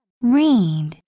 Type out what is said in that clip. Read